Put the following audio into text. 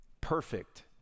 Perfect